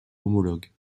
homologue